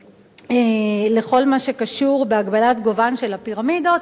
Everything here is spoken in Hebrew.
לכל מה שקשור בהגבלת גובהן של הפירמידות,